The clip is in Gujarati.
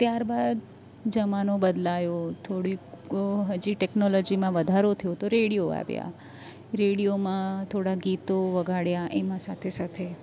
ત્યાર બાદ જમાનો બદલાયો થોડીક હજી ટેકનોલોજીમાં વધારો થયો તો રેડિયો આવ્યા રેડિયોમાં થોડા ગીતો વગાડ્યા એમાં સાથે સાથે